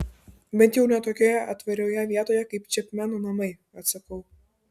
bent jau ne tokioje atviroje vietoje kaip čepmeno namai atsakau